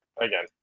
again